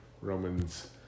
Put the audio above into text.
Romans